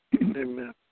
amen